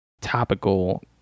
topical